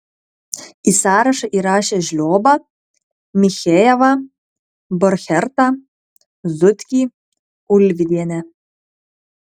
į sąrašą įrašė žliobą michejevą borchertą zutkį ulvydienę